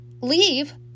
Leave